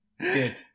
Good